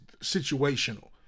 situational